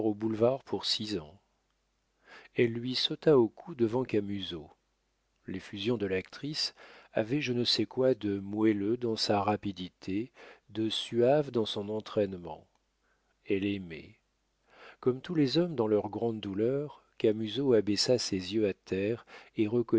pour six ans elle lui sauta au cou devant camusot l'effusion de l'actrice avait je ne sais quoi de moelleux dans sa rapidité de suave dans son entraînement elle aimait comme tous les hommes dans leurs grandes douleurs camusot abaissa ses yeux à terre et